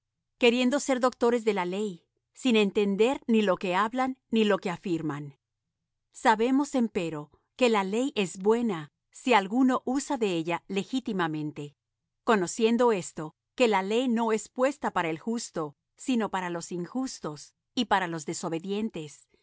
queriendo ser doctores de la ley sin entender ni lo que hablan ni lo que afirman sabemos empero que la ley es buena si alguno usa de ella legítimamente conociendo esto que la ley no es puesta para el justo sino para los injustos y para los desobedientes